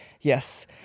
yes